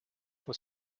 for